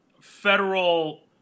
federal